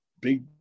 big